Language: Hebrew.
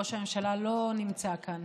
ראש הממשלה לא נמצא כאן,